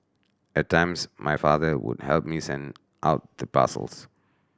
at times my father would help me send out the parcels